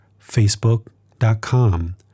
facebook.com